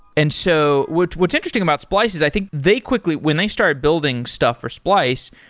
and so what's what's interesting about splice is i think they quickly when they started building stuff for splice,